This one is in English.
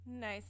Nice